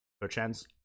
perchance